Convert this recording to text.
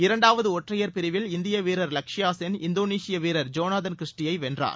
இரண்டாவது ஒற்றையர் பிரிவில் இந்திய வீரர் லக்ஷயா சென் இந்தோனேஷிய வீரர் ஜொனாதன் கிறிஸ்டி யை வென்றார்